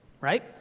right